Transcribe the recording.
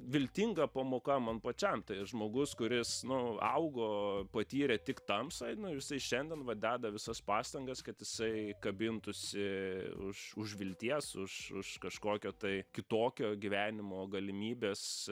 viltinga pamoka man pačiam tai žmogus kuris nu augo patyrė tik tamsą nu ir jisai šiandien va deda visas pastangas kad jisai kabintųsi už už vilties už už kažkokio tai kitokio gyvenimo galimybės